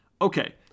Okay